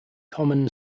common